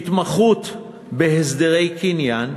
התמחות בהסדרי קניין,